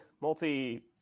multi